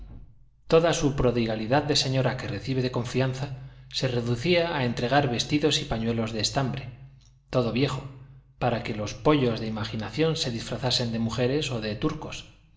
toda su prodigalidad de señora que recibe de confianza se reducía a entregar vestidos y pañuelos de estambre todo viejo para que los pollos de imaginación se disfrazasen de mujeres o de turcos